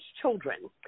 children